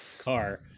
car